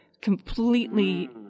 completely